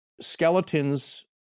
skeletons